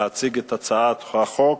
להציג את הצעת החוק,